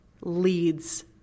leads